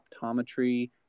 optometry